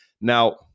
Now